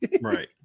Right